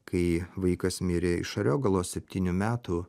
kai vaikas mirė iš ariogalos septynių metų